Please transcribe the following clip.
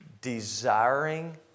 desiring